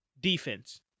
Defense